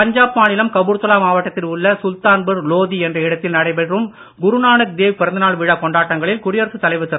பஞ்சாப் மாநிலம் கபூர்தலா மாவட்டத்தில் உள்ள சுல்தான்பூர் லோடி என்ற இடத்தில் நடைபெறும் குரநானக் தேவ் பிறந்தநாள் விழாக் கொண்டாட்டங்களில் குடியரசுத் தலைவர் திரு